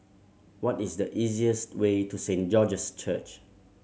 what is the easiest way to Saint George's Church